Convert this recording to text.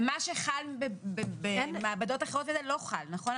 ומה שחל במעבדות אחרות, לא חל, נכון?